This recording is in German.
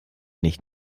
nicht